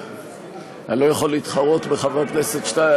אני לא יכול להתחרות בחבר כנסת שטייניץ,